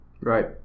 right